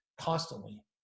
constantly